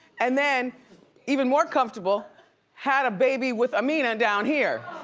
and then even more comfortable had a baby with amina down here.